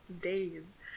Days